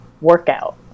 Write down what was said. workout